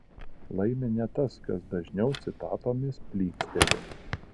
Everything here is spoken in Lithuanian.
laimi ne tas kas dažniau citatomis plyksteli